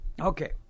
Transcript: Okay